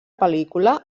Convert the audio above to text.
pel·lícula